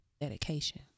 Dedication